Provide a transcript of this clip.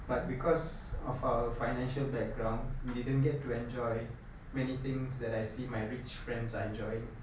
but because of our financial background we didn't get to enjoy many things that I see my rich friends are enjoying